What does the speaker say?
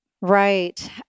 Right